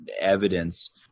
evidence